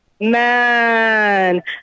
man